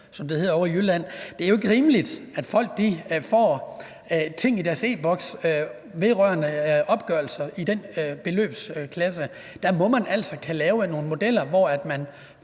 som det hedder ovre i Jylland. Det er jo ikke rimeligt, at folk får ting i deres e-boks vedrørende opgørelser i den beløbsklasse. Der må man altså kunne lave nogle modeller, hvor man